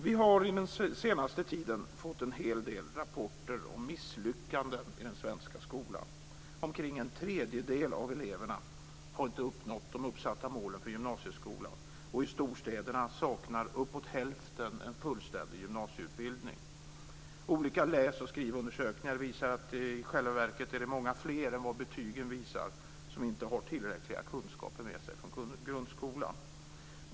Vi har under den senaste tiden fått en hel del rapporter om misslyckanden i den svenska skolan. Omkring en tredjedel av eleverna har inte uppnått de uppsatta målen för gymnasieskolan, och i storstäderna saknar uppåt hälften en fullständig gymnasieutbildning. Olika läs och skrivundersökningar visar att i själva verket är det många fler än vad betygen visar som inte har tillräckliga kunskaper med sig från grundskolan.